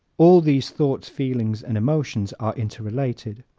all these thoughts, feelings and emotions are interrelated.